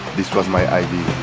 this was my idea.